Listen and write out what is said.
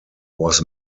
was